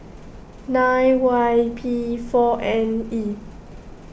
nine Y P four N E